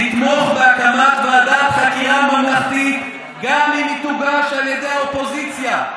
נתמוך בהקמת ועדת חקירה ממלכתית גם אם היא תוגש על ידי האופוזיציה.